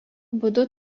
būdu